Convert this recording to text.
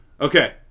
Okay